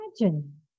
imagine